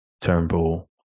Turnbull